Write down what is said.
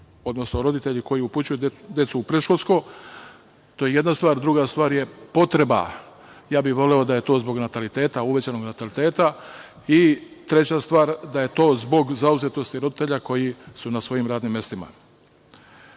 odnosno roditelji koji upućuju decu u predškolsko, to je jedna stvar. Druga stvar je potreba, ja bih voleo da je to zbog nataliteta, uvećanog nataliteta. I treća stvar da je to zbog zauzetosti roditelja koji su na svojim radnim mestima. Dalje,